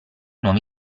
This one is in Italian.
nuove